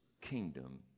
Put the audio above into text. kingdom